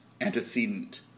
antecedent